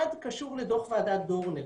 אחד קשור לדוח ועדת דורנר